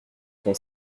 qu’on